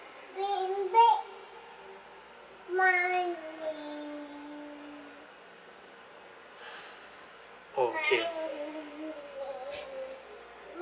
oh okay